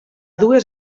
dues